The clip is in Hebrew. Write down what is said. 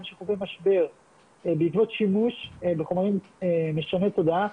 שחווה משבר בעקבות שימוש בחומרים משני תודעה,